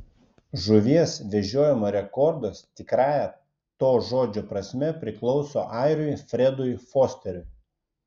žuvies vežiojimo rekordas tikrąja to žodžio prasme priklauso airiui fredui fosteriui